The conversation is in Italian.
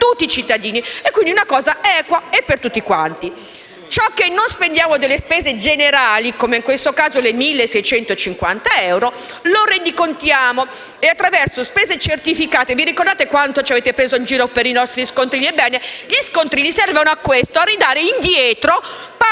tutti i cittadini: è una cosa equa e per tutti quanti. Inoltre, ciò che non spendiamo della cifra destinata alle spese generali - in questo caso i 1.650 euro - lo rendicontiamo attraverso spese certificate. Vi ricordate quanto ci avete preso in giro per i nostri scontrini? Ebbene, gli scontrini servono a questo: a ridare indietro parte